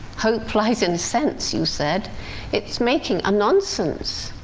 hope lies in sense, you said it's making a nonsense.